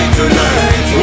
tonight